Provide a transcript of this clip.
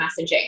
messaging